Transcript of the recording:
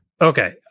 Okay